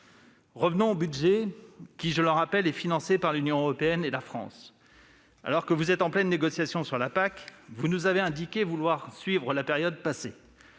Revenons au budget, qui est, je le rappelle, financé par l'Union européenne et par la France. Alors que vous êtes en pleine négociation sur la PAC, vous nous avez indiqué vouloir suivre la période passée,